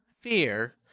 fear